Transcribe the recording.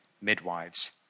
midwives